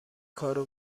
کارو